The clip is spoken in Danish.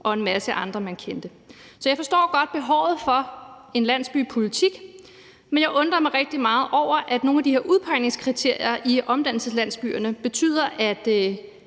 og en masse andre, man kendte. Så jeg forstår godt behovet for en landsbypolitik, men jeg undrer mig rigtig meget over, at nogle af de her udpegningskriterier i omdannelseslandsbyerne betyder, at